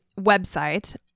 website